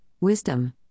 wisdom